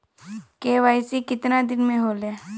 KYC कितना दिन में होले?